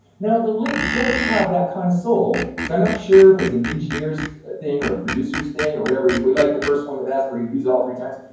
now the lick does have that kind of soul, so i'm not sure if it was and engineers ah thing or a producers thing or whatever, we like the first one the best, we'll use it all three times,